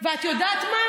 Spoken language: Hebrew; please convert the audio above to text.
ואת יודעת מה?